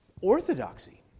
orthodoxy